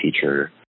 teacher